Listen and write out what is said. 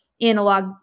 analog